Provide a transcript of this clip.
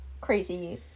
crazy